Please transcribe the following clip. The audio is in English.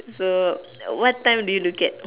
so what time do look at